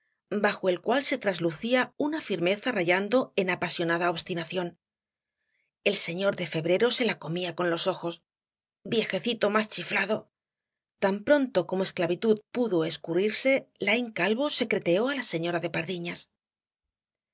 bajo el cual se traslucía una firmeza rayando en apasionada obstinación el señor de febrero se la comía con los ojos viejecito más chiflado tan pronto como esclavitud pudo escurrirse laín calvo secreteó á la señora de